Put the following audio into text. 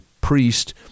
priest